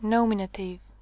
Nominative